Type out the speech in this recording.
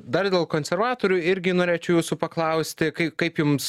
dar dėl konservatorių irgi norėčiau jūsų paklausti kaip kaip jums